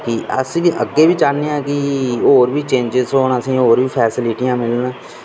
अस ते अग्गै बी चाह्न्नेआ होर बी चेंजस होन ते असेंगी होर बी फैसलिटियां मिलन